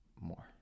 more